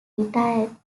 retired